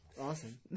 Awesome